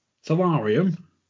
solarium